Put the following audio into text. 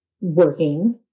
working